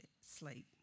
sleep